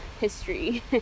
history